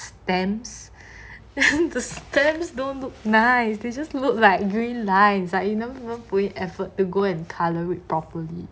stems the stems don't look nice they just look like green lines that you never even put effort to go in colour with properly